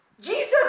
Jesus